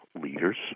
leaders